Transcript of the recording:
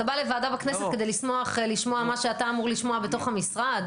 אתה בא לוועדה בכנסת כדי לשמוח לשמוע מה שאתה אמור לשמוע בתוך המשרד?